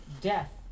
death